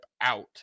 out